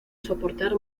soportar